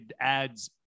adds